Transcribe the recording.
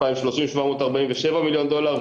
2030 747 מיליון דולר,